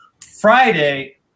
Friday